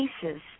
cases